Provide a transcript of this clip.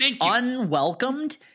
unwelcomed